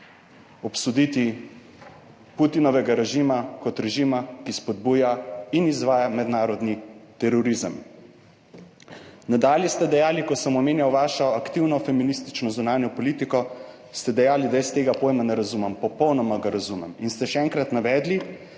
obsoditi Putinovega režima kot režima, ki spodbuja in izvaja mednarodni terorizem. Nadalje ste dejali, ko sem omenjal vašo aktivno feministično zunanjo politiko, ste dejali, da jaz tega pojma ne razumem. Popolnoma ga razumem in ste še enkrat navedli,